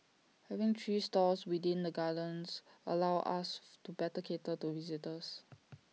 having three stores within the gardens allows us to better cater to visitors